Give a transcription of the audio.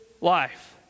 life